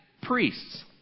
priests